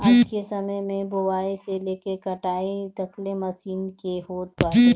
आजके समय में बोआई से लेके कटाई तकले मशीन के होत बाटे